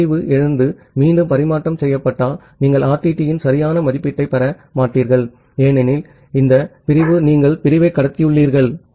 ஒரு பிரிவு இழந்து மீண்டும் பரிமாற்றம் செய்யப்பட்டால் நீங்கள் ஆர்டிடியின் சரியான மதிப்பீட்டைப் பெற மாட்டீர்கள் ஏனெனில் இந்த பிரிவு நீங்கள் பிரிவை கடத்தியுள்ளீர்கள்